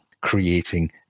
creating